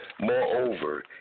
Moreover